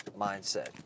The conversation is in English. mindset